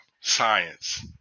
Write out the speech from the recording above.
science